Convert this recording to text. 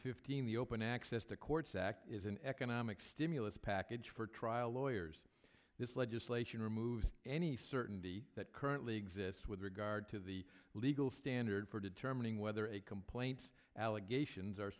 fifteen the open access to courts act is an economic stimulus package for trial lawyers this legislation removes any certainty that currently exists with regard to the legal standard for determining whether a complaints allegations are